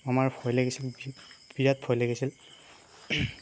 আমাৰ ভয় লাগিছিল বিৰাট ভয় লাগিছিল